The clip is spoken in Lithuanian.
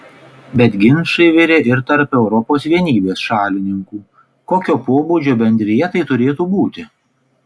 bet ginčai virė ir tarp europos vienybės šalininkų kokio pobūdžio bendrija tai turėtų būti